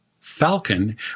Falcon